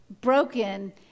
broken